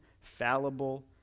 fallible